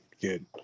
Good